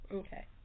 okay